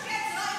ברור שכן.